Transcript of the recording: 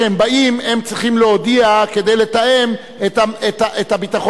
כשהם באים הם צריכים להודיע כדי לתאם את הביטחון,